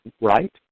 right